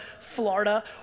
Florida